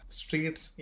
streets